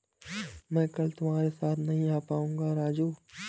मैं कल तुम्हारे साथ नहीं आ पाऊंगा राजू